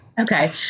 Okay